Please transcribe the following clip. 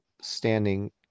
standing